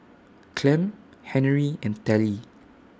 Clem Henery and Tallie